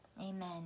Amen